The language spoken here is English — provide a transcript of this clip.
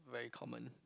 very common